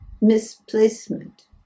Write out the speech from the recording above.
misplacement